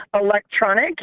electronic